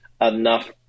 enough